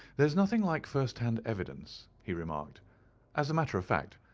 there is nothing like first hand evidence, he remarked as a matter of fact,